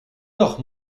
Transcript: dag